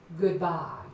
goodbye